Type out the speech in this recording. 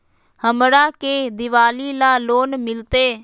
हमरा के दिवाली ला लोन मिलते?